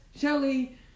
Shelly